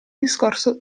discorso